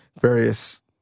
various